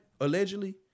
allegedly